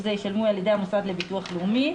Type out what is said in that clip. זה ישולמו על ידי המוסד לביטוח לאומי,